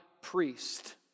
priest